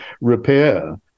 repair